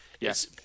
Yes